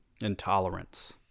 Intolerance